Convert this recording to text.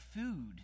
food